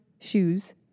shoes